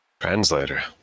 Translator